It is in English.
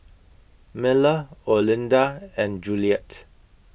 Miller Olinda and Juliette